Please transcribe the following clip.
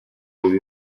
baby